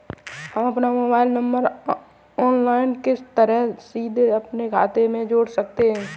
हम अपना mobile number online किस तरह सीधे अपने खाते में जोड़ सकते हैं?